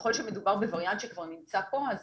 ככל שמדובר בווריאנט שכבר נמצא פה, אז